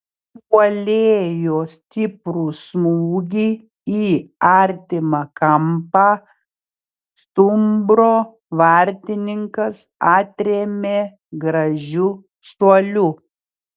puolėjo stiprų smūgį į artimą kampą stumbro vartininkas atrėmė gražiu šuoliu